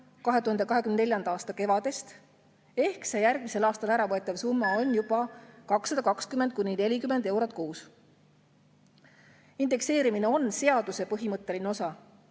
2024. aasta kevadel. Ehk see järgmisel aastal äravõetav summa on juba 220–240 eurot kuus. Indekseerimine on seaduse põhimõtteline osa,